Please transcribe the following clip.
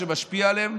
שמשפיע עליהם,